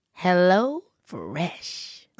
Hellofresh